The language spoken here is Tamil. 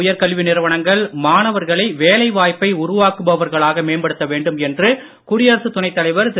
உயர்கல்வி நிறுவனங்கள் மாணவர்களை நாட்டில் உள்ள வேலைவாய்ப்பை உருவாக்குபவர்களாக மேம்படுத்த வேண்டும் என்று குடியரசு துணைத்தலைவர் திரு